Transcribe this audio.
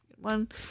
one